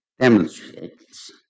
Demonstrates